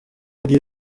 ariyo